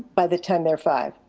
by the time they're five.